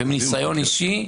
ומניסיון אישי,